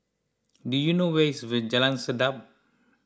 do you know where is Jalan Sedap